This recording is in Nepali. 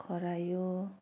खरायो